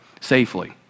safely